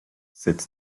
cette